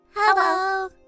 Hello